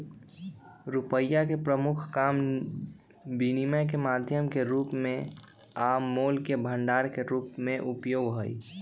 रुपइया के प्रमुख काम विनिमय के माध्यम के रूप में आ मोल के भंडार के रूप में उपयोग हइ